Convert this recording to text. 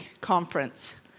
conference